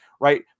right